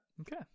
Okay